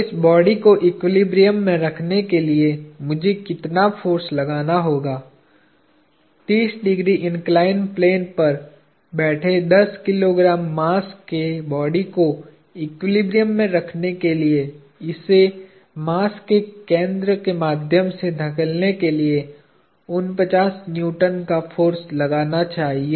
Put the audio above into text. तो इस बॉडी को एक्विलिब्रियम में रखने के लिए मुझे कितना फोर्स लगाना होगा 30 ° इन्कलाईन्ड प्लेन पर बैठे दस किलोग्राम मास के बॉडी को एक्विलिब्रियम में रखने के लिए इसे मास के केंद्र के माध्यम से धकेलने के लिए 49 न्यूटन का फोर्स होना चाहिए